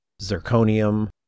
zirconium